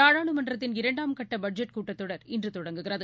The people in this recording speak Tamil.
நாடாளுமன்றத்தின் இரண்டாம்கட்டபட்ஜெட் கூட்டத் தொடர் இன்றுதொடங்குகிறது